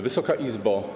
Wysoka Izbo!